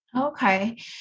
Okay